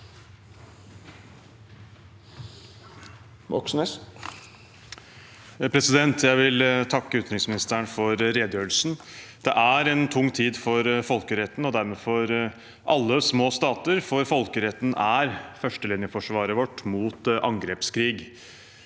Jeg vil takke uten- riksministeren for redegjørelsen. Det er en tung tid for folkeretten og dermed for alle små stater, for folkeretten er førstelinjeforsvaret vårt mot angrepskrig.